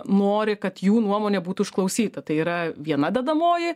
nori kad jų nuomonė būtų išklausyta tai yra viena dedamoji